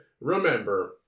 remember